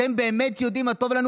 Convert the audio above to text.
אתם באמת יודעים מה טוב לנו?